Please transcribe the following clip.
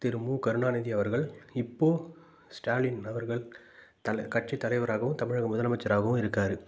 திரு மு கருணாநிதி அவர்கள் இப்போது ஸ்டாலின் அவர்கள் தல கட்சி தலைவராகவும் தமிழக முதலமைச்சராகவும் இருக்கார்